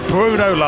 Bruno